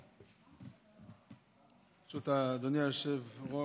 ברשות אדוני היושב-ראש,